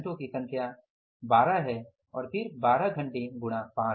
घंटे की संख्या 12 है और फिर 12 घंटे गुणा 5